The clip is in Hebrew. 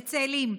בצאלים,